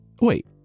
Wait